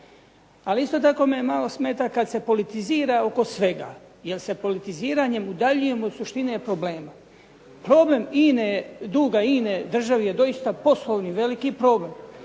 Ali isto tako me malo smeta kad se politizira oko svega, jer se politiziranjem udaljujemo od suštine problema. Problem INA-e, duga INA-e državi je doista poslovni veliki problem,